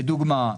לדוגמה,